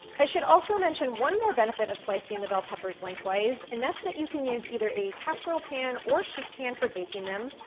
i should also mention one more benefit of slicing the bell peppers lengthwise, and that's that you can use either a casserole pan or sheet pan for baking them,